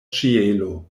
ĉielo